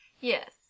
Yes